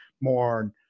more